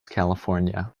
california